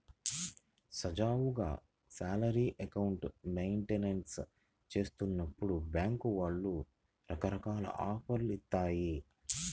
సజావుగా salary account maintain చేస్తున్నప్పుడు బ్యేంకుల వాళ్ళు రకరకాల ఆఫర్లను ఇత్తాయి